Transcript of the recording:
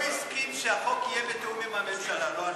הוא הסכים שהחוק יהיה בתיאום עם הממשלה, לא אני.